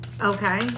okay